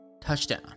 Touchdown